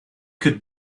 could